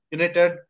United